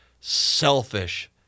selfish